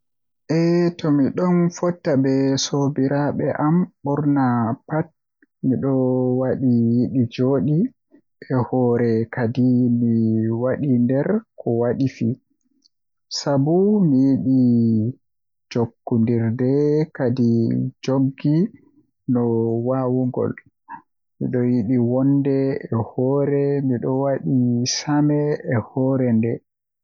Eh to miɗon fotta be sobiraaɓe am ɓurnaa pat Miɗo waɗi yiɗi jooɗi e hoore kadi mi waɗi nder ko waɗi fi, sabu mi yiɗi jokkondirɗe kadi njogii no waawugol. Miɗo yiɗi wonde e hoore miɗo waɗi saama e hoore ndee